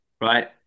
right